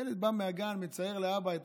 ילד בא מהגן, מצייר לאבא את